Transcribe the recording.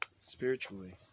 spiritually